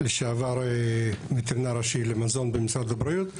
לשעבר וטרינר ראשי למזון במשרד הבריאות.